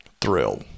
thrill